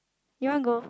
you want go